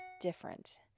different